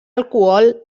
alcohol